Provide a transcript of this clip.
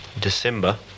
December